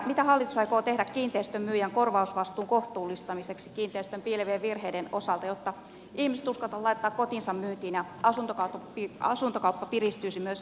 mitä hallitus aikoo tehdä kiinteistön myyjän korvausvastuun kohtuullistamiseksi kiinteistön piilevien virheiden osalta jotta ihmiset uskaltavat laittaa kotinsa myyntiin ja asuntokauppa piristyisi myös kasvukeskusten ulkopuolella